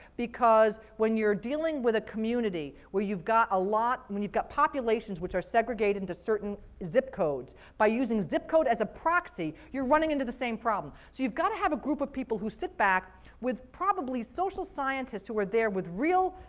because when you're dealing with a community when you've got a lot, when you've got populations which are segregated into certain zip codes, by using zip code as a proxy, you're running into the same problem, so you've got to have a group of people who sit back with probably social scientists who are there with real,